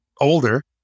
older